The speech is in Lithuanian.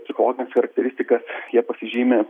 psichologines charakteristikas jie pasižymi